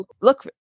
look